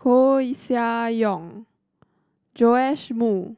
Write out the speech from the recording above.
Koeh Sia Yong Joash Moo